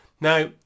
Now